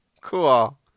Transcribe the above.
Cool